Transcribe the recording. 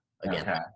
Again